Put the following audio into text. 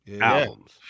Albums